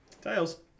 Tails